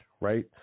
right